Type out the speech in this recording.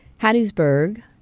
Hattiesburg